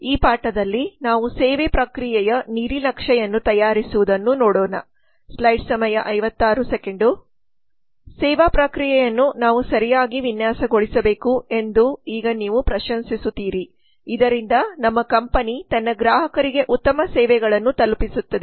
ಈ ಪಾಠದಲ್ಲಿ ನಾವು ಸೇವೆ ಪ್ರಕ್ರಿಯೆಯ ನೀಲಿ ನಕ್ಷೆಯನ್ನು ತಯಾರಿಸುವುದನ್ನು ನೋಡೋಣ ಸೇವಾ ಪ್ರಕ್ರಿಯೆಯನ್ನು ನಾವು ಸರಿಯಾಗಿ ವಿನ್ಯಾಸಗೊಳಿಸಬೇಕು ಎಂದು ಈಗ ನೀವು ಪ್ರಶಂಸಿಸುತ್ತೀರಿ ಇದರಿಂದ ನಮ್ಮ ಕಂಪನಿ ತನ್ನ ಗ್ರಾಹಕರಿಗೆ ಉತ್ತಮ ಸೇವೆಗಳನ್ನು ತಲುಪಿಸುತ್ತದೆ